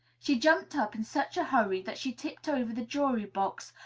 she jumped up in such a hurry that she tipped over the jury-box,